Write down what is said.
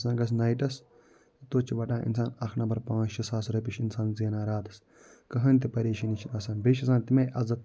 اِنسان گژھِ نایٹَس توتہِ چھِ وَٹان اِنسان اَکھ نفر پانٛژھ شےٚ ساس رۄپیہِ چھِ اِنسان زیٚنان راتَس کٔہٕنۍ تہِ پریشٲنی چھِنہٕ آسان بیٚیہِ چھِ آسان تٔمۍ آیہِ عزت